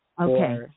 Okay